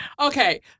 Okay